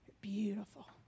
beautiful